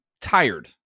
tired